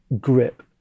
grip